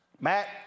Matt